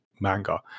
manga